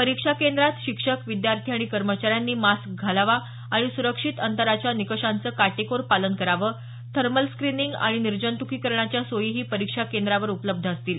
परीक्षा केंद्रात शिक्षक विद्यार्थी आणि कर्मचाऱ्यांनी मास्क घालावा आणि स्रक्षित अंतराच्या निकषांचं काटेकोर पालन करावं थर्मल स्क्रीनिंग आणि निर्जंत्कीकरणाच्या सोयीही परीक्षा केंद्रांवर उपलब्ध असतील